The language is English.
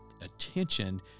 attention